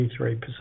23%